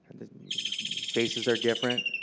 the faces are different.